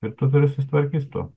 ir tu turi susitvarkyt su tuo